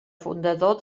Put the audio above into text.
fundador